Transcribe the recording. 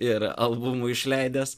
ir albumų išleidęs